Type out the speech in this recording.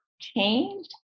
changed